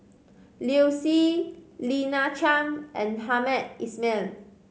Liu Si Lina Chiam and Hamed Ismail